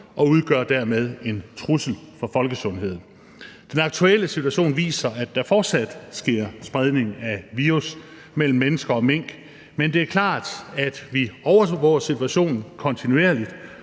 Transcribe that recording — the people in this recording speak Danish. og udgør dermed en trussel for folkesundheden. Den aktuelle situation viser, at der fortsat sker spredning af virus mellem mennesker og mink, men det er klart, at vi overvåger situationen kontinuerligt.